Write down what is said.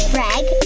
Greg